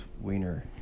wiener